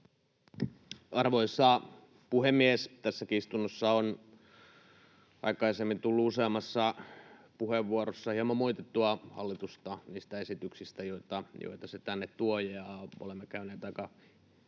Arvoisa puhemies! Tässäkin istunnossa on aikaisemmin tullut useammassa puheenvuorossa hieman moitittua hallitusta niistä esityksistä, joita se tänne tuo. Olemme käyneet aika